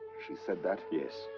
she said that? yes.